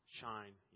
shine